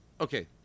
Okay